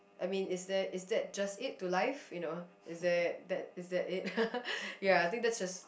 I mean is there is that just it to life you know is there that is that it ya I think that's just